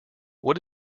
what